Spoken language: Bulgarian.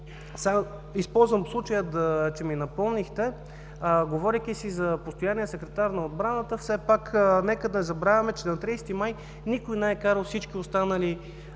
Използвам случая, че ми напомнихте, говорейки си за постоянния секретар на отбраната, все пак нека да не забравяме, че на 30 май никой не е карал всички останали